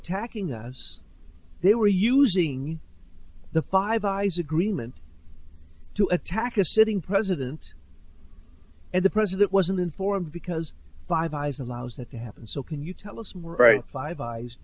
attacking us they were using the five eyes agreement to attack a sitting president and the president wasn't informed because five eyes allows that to happen so can you tell us we're right five eyes